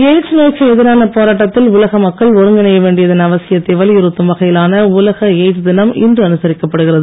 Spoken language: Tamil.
எய்ட்ஸ் நோய்க்கு எதிரான போராட்டத்தில் உலக மக்கள் ஒருங்கிணைய வேண்டியதன் அவசியத்தை வரியுறுத்தும் வகையிலான உலக எய்ட்ஸ் தினம் இன்று அனுசரிக்கப்படுகிறது